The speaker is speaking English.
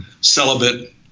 celibate